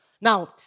Now